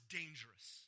dangerous